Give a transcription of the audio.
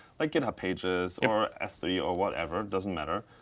like github pages or s three or whatever, doesn't matter.